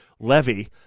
Levy